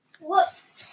Whoops